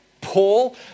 Paul